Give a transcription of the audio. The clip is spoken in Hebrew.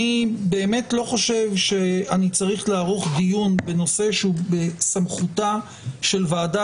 אני באמת לא חושב שאני צריך לערוך דיון בנושא שהוא בסמכותה של ועדה